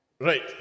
Right